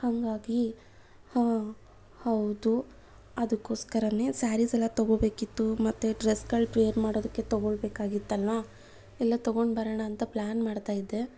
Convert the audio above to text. ಹಾಗಾಗಿ ಹಾಂ ಹೌದು ಅದಕ್ಕೋಸ್ಕರನೇ ಸ್ಯಾರಿಸೆಲ್ಲ ತೊಗೋಬೇಕಿತ್ತು ಮತ್ತೆ ಡ್ರೆಸ್ಗಳು ವೇರ್ ಮಾಡೋದಕ್ಕೆ ತೊಗೋಳ್ಳಬೇಕಾಗಿತ್ತಲ್ವ ಎಲ್ಲ ತಗೊಂಡು ಬರೋಣ ಅಂತ ಪ್ಲ್ಯಾನ್ ಮಾಡ್ತಾಯಿದ್ದೆ